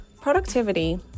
Productivity